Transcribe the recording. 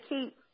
keep